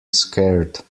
scared